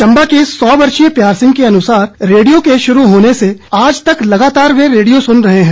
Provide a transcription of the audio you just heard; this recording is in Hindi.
चंबा के सौ वर्षीय प्यार सिंह के अनुसार रेडियो के शुरू होने से आज तक लगातार वे रेडियो सुन रहे हैं